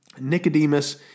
Nicodemus